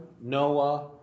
Noah